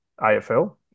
AFL